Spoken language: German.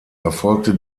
erfolgte